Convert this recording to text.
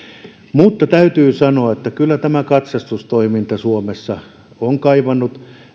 mutta täytyy sanoa että kyllä tämä katsastustoiminta suomessa on kaivannut